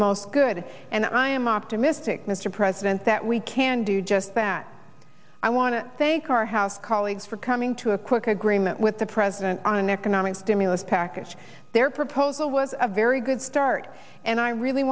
most good and i am optimistic mr president that we can do just that i want to thank our house colleagues for coming to a quick agreement with the president on an economic stimulus package their proposal was a very good start and i really